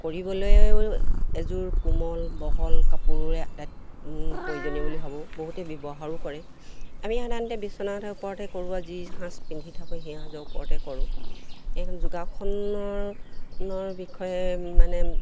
কৰিবলৈয়ো এযোৰ কোমল বহল কাপোৰৰে আটাইত প্ৰয়োজনীয় বুলি ভাবোঁ বহুতেই ব্যৱহাৰো কৰে আমি সাধাৰণতে বিচনাৰ ওপৰতে কৰোঁ আজি সাজ পিন্ধি থাকোঁ সেই সাজৰ ওপৰতে কৰোঁ সেইকাৰণে যোগাসনৰ বিষয়ে মানে